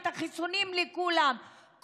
את החיסונים לכולם,